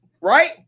Right